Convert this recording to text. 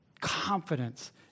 confidence